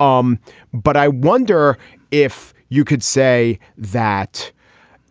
um but i wonder if you could say that